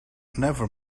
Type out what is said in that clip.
never